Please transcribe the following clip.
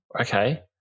Okay